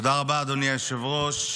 תודה רבה, אדוני היושב-ראש.